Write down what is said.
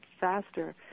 faster